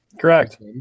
Correct